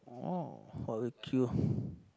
oh barbeque